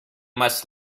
must